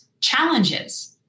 challenges